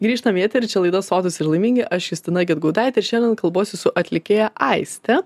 grįžtam į eterį čia laida sotūs ir laimingi aš justina gedgaudaitė ir šiandien kalbuosi su atlikėja aiste